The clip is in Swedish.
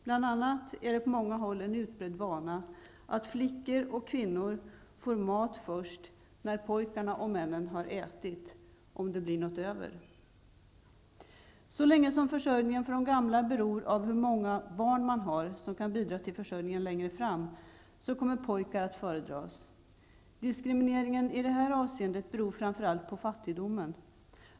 På många håll är det en utbredd vana att flickor och kvinnor får mat först när pojkarna och männen har ätit, om det blir något över. Så länge försörjningen för de gamla är beroende av hur många barn man har som kan bidra till försörjningen kommer pojkar att föredras. Diskrimineringen i detta avseende beror framför allt på fattigdomen.